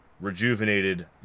rejuvenated